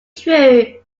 true